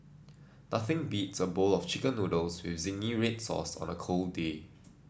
nothing beats a bowl of chicken noodles with zingy red sauce on a cold day